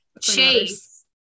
Chase